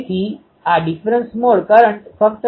તેથી આપણે પહેલા તે ક્ષેત્રનું મૂલ્યાંકન કરીશું જે બિંદુ P છે